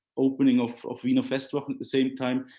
opening of wiener festwochen at the same time.